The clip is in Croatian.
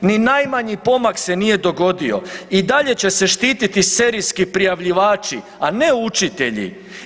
Ni najmanji pomak se nije dogodio i dalje će se štititi serijski prijavljivači, a ne učitelji.